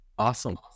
Awesome